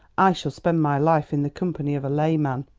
i shall spend my life in the company of a lay-man.